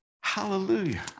Hallelujah